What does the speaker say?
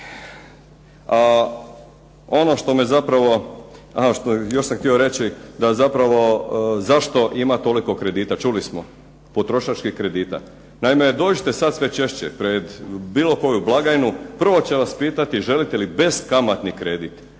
po običaju i prihvaćeno. Još sam htio reći da zapravo zašto ima toliko kredita? Čuli smo, potrošačkih kredita. Naime, dođite sad sve češće pred bilo koju blagajnu. Prvo će vas pitati želite li beskamatni kredit